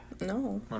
No